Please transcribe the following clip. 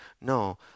No